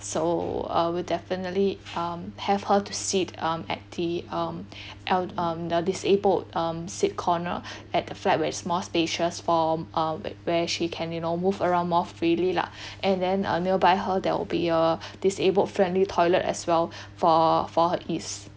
so uh we'll definitely um have her to sit um at the um el~ um the disabled um sit corner at the flight where is more spacious for uh where where she can you know move around more freely lah and then uh nearby her there will be a disabled friendly toilet as well for for her ease